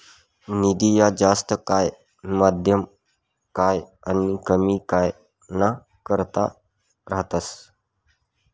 निधी ह्या जास्त काय, मध्यम काय आनी कमी काय ना करता रातस